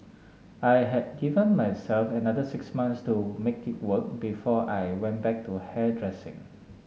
I had given myself another six months to make it work before I went back to hairdressing